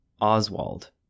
Oswald